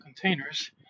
containers